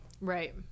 right